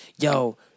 yo